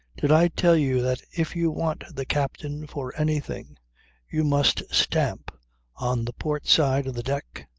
did i tell you that if you want the captain for anything you must stamp on the port side of the deck?